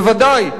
ודאי,